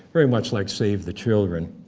very much like save the children.